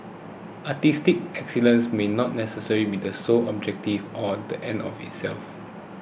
artistic excellence may not necessarily be the sole objective or the end of itself